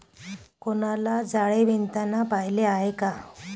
कोळ्याला जाळे विणताना पाहिले आहे का?